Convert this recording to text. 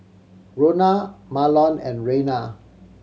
Rona Marlon and Reyna